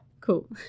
Cool